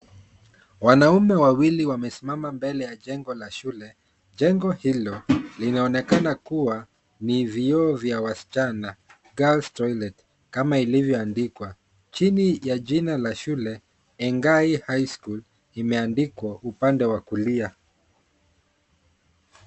Wanaume wawili wamesimama mbele ya jengo la shule. Jengo hilo linaonekana kuwa ni vyoo vya wasichana, GIRLS TOILET kama ilivyoandikwa. Chini ya jina la shule ENGAIHIGHSCHOOL imeandikwa upande wa kulia.